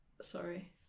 Sorry